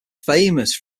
famous